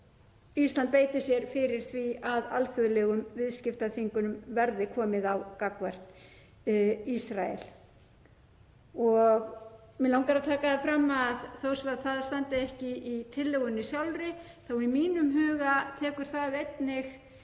Ísland beiti sér fyrir því að alþjóðlegum viðskiptaþvingunum verði komið á gagnvart Ísrael. Mig langar að taka það fram að þó svo að það standi ekki í tillögunni sjálfri þá tekur það í